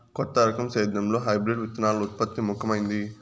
కొత్త రకం సేద్యంలో హైబ్రిడ్ విత్తనాల ఉత్పత్తి ముఖమైంది